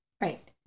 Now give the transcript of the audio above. right